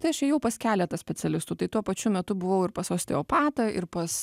tai aš ėjau pas keletą specialistų tai tuo pačiu metu buvau ir pas osteopatą ir pas